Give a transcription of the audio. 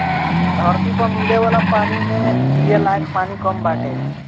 धरती पअ मिले वाला पानी में पिये लायक पानी कम बाटे